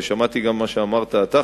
ושמעתי גם מה שאמרת אתה,